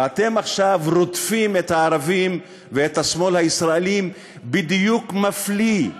ואתם עכשיו רודפים את הערבים ואת השמאל הישראלי בדיוק מפליא,